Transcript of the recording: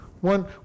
one